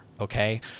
okay